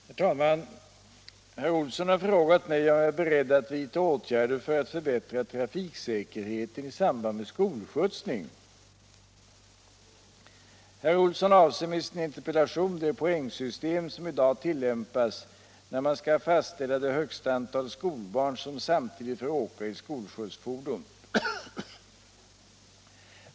Herr talman! Herr Olsson i Sösdala har frågat mig om jag är beredd att vidta åtgärder för att förbättra trafiksäkerheten i samband med skolskjutsning. Herr Olsson avser med sin interpellation det poängsystem som i dag tillämpas när man skall fastställa det högsta antal skolbarn som samtidigt får åka i ett skolskjutsfordon.